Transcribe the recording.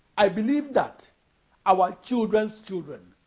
i believe that our children's children